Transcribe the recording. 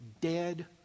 dead